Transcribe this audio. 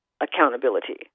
accountability